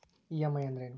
EMI ಅಂದ್ರೇನು?